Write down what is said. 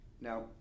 Now